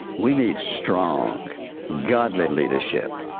we need strong godly leadership,